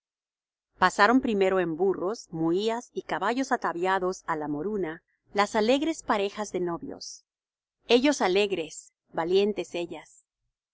pasaron primero en burros muías y caballos ataviados á la moruna las alegres parejas de novios ellos alegres valientes ellas